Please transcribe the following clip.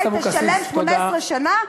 לא, רגע, שנייה.